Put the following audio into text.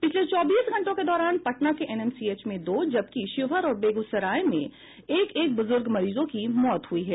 पिछले चौबीस घंटों के दौरान पटना के एनएमसीएच में दो जबकि शिवहर और बेगूसराय के एक एक बुजुर्ग मरीजों की मौत हुई है